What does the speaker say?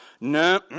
no